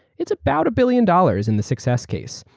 it's about a billion dollars in the success case.